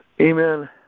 Amen